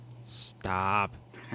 Stop